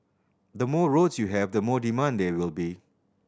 the more roads you have the more demand there will be